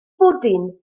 bwdin